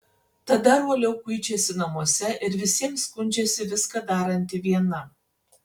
tad dar uoliau kuičiasi namuose ir visiems skundžiasi viską daranti viena